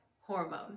hormone